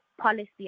policy